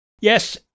Yes